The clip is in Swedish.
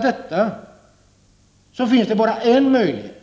Det finns bara en möjlighet